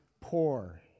poor